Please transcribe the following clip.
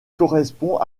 correspond